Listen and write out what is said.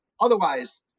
otherwise